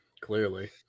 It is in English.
Clearly